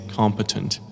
competent